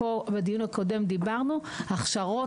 בדיון הקודם דיברנו: הכשרות,